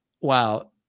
Wow